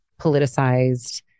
politicized